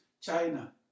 China